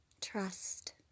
trust